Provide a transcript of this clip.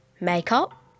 makeup